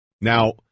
Now